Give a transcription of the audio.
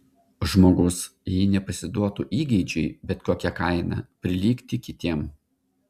žmogus jei nepasiduotų įgeidžiui bet kokia kaina prilygti kitiems